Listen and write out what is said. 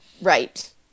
Right